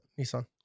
Nissan